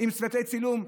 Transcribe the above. משפט סיום.